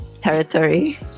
territory